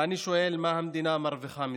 ואני שואל: מה המדינה מרוויחה מזה?